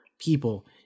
people